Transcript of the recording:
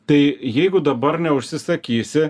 tai jeigu dabar neužsisakysi